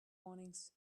warnings